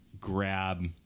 grab